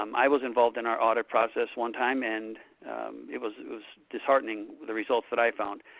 um i was involved in our audit process one time, and it was disheartening the results that i found.